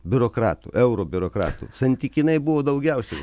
biurokratų euro biurokratų santykinai buvo daugiausiai